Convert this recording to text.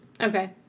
Okay